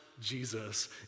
Jesus